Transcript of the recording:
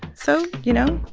so you know,